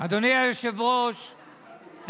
אדוני היושב-ראש,